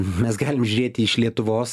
mes galim žiūrėti iš lietuvos